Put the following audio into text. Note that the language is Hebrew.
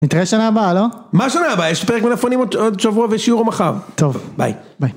נתראה שנה הבאה לא מה שנה הבאה יש פרק מלפפונים עוד שבוע ושיעור מחר טוב ביי ביי